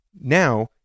Now